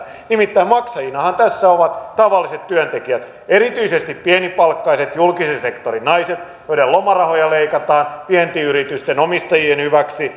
nimittäin maksajinahan tässä ovat tavalliset työntekijät erityisesti pienipalkkaiset julkisen sektorin naiset joiden lomarahoja leikataan vientiyritysten omistajien hyväksi